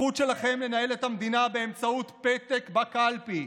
הזכות שלכם לנהל את המדינה באמצעות פתק בקלפי,